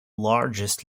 largest